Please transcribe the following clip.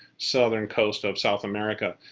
southern coast of south america.